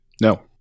No